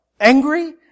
angry